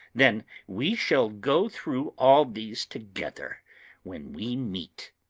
then we shall go through all these together when we meet.